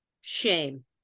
shame